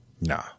Nah